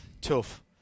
Tough